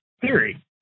theory